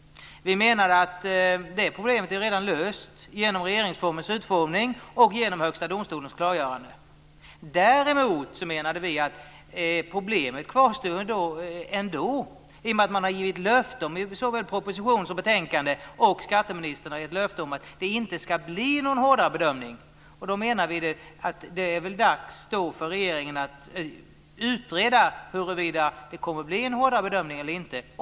Vi menade att det problemet redan är löst genom regeringsformens utformning och genom Högsta domstolens klargörande. Däremot menade vi att problemet ändå kvarstod eftersom man i propositionen och betänkandet, och skatteministern, gett löftet om att det inte ska bli en hårdare bedömning. Då är det dags för regeringen att utreda huruvida det kommer att bli en hårdare bedömning eller inte.